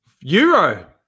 Euro